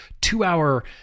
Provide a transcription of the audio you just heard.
two-hour